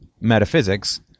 metaphysics